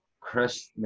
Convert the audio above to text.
Chris